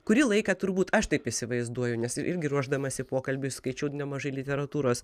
kurį laiką turbūt aš taip įsivaizduoju nes irgi ruošdamasi pokalbiui skaičiau nemažai literatūros